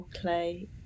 clay